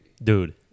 Dude